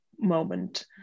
moment